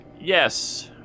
Yes